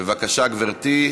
בבקשה, גברתי.